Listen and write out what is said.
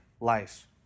life